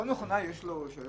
כל מכונאי יש לו רישיון?